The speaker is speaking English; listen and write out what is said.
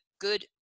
good